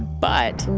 but.